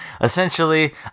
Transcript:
essentially